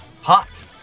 hot